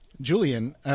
Julian